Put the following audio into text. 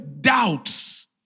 doubts